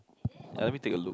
let me take a look